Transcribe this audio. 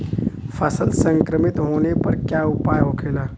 फसल संक्रमित होने पर क्या उपाय होखेला?